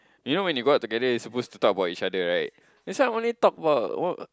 you know when you go out together you supposed to talk about each other right this one only talk about what